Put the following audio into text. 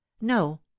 no